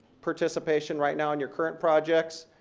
participation right now in your current projects,